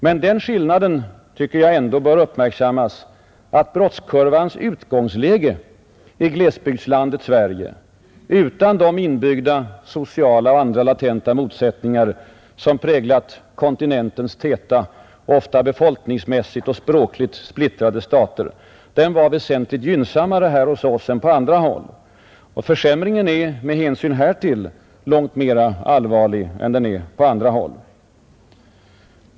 Men den skillnaden bör ändå uppmärksammas, att brottskurvans utgångsläge i glesbygdslandet Sverige — utan de inbyggda sociala och andra latenta motsättningar som präglat kontinentens täta, befolkningsmässigt och språkligt ofta splittrade stater — var väsentligt gynnsammare än på andra håll och att försämringen med hänsyn härtill är långt mer allvarlig hos oss än annorstädes.